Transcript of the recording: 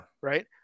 right